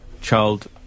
child